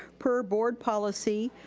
per board policy,